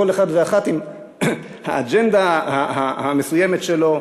כל אחד ואחת עם האג'נדה המסוימת שלו,